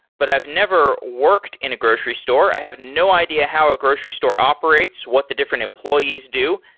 but i've never worked in a grocery store. i have no idea how a grocery store operates, what the different employees do.